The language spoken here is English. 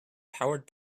powered